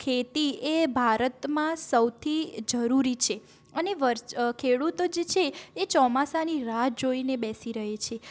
ખેતી એ ભારતમાં સૌથી જરૂરી છે અને વર્સ અ ખેડૂતો જે છે એ ચોમાસાની રાહ જોઈને બેસી રહે છે